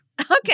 Okay